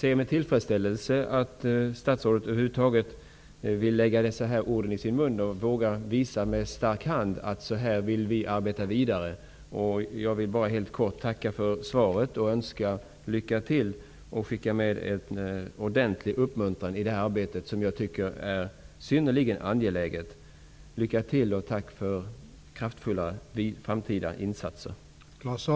Det är tillfredsställande att konstatera att statsrådet tar dessa ord i sin mun och med stark hand vågar visa hur regeringen vill arbeta vidare. Jag vill helt kort tacka för svaret och önska lycka till. Jag skickar med en ordentlig uppmuntran i detta synnerligen angelägna arbete. Lycka till, och tack för de kraftfulla insatser som aviserats för framtiden!